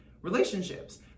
relationships